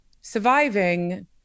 Surviving